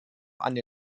eine